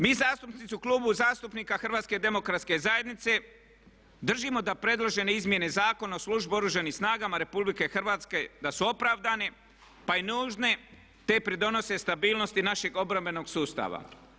Mi zastupnici u Klubu zastupnika HDZ-a držimo da predložene izmjene Zakona o službi u Oružanim snagama Republike Hrvatske da su opravdane pa i nužne te pridonose stabilnosti našeg obrambenog sustava.